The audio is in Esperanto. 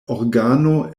organo